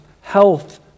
health